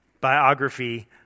biography